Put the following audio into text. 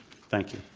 thank you.